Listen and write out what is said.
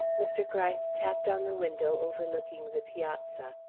mr. gryce tapped on the window overlooking the piazza.